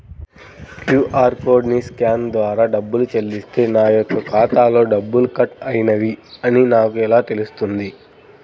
QR కోడ్ని scan ద్వారా డబ్బులు చెల్లిస్తే నా యొక్క ఖాతాలో డబ్బులు కట్ అయినవి అని నాకు ఎలా తెలుస్తుంది?